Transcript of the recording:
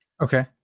Okay